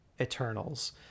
eternals